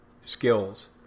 skills